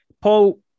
Paul